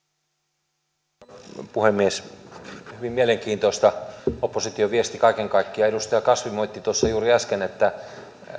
arvoisa rouva puhemies hyvin mielenkiintoista opposition viesti kaiken kaikkiaan edustaja kasvi moitti tuossa juuri äsken että